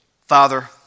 Father